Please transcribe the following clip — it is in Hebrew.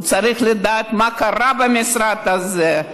צריך לדעת מה קרה במשרד הזה,